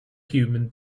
human